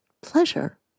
pleasure